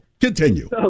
Continue